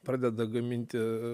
pradeda gaminti